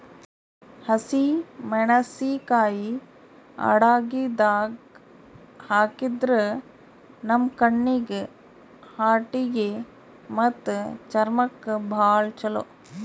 ಹಸಿಮೆಣಸಿಕಾಯಿ ಅಡಗಿದಾಗ್ ಹಾಕಿದ್ರ ನಮ್ ಕಣ್ಣೀಗಿ, ಹಾರ್ಟಿಗಿ ಮತ್ತ್ ಚರ್ಮಕ್ಕ್ ಭಾಳ್ ಛಲೋ